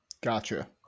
Gotcha